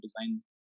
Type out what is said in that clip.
design